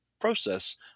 process